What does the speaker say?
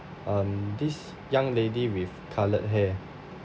um this young lady with coloured hair